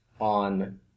on